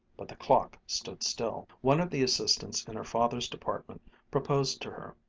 but the clock stood still. one of the assistants in her father's department proposed to her.